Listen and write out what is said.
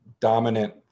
dominant